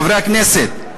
חברי הכנסת,